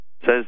Says